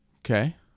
okay